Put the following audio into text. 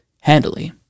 handily